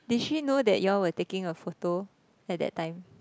did she know that you all were taking her photo at that time